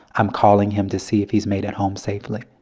i'm calling him to see if he's made it home safely.